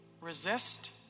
Resist